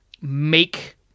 make